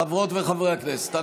חברות וחברי הכנסת,